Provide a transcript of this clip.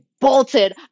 bolted